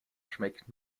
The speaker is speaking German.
schmeckt